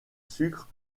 sucres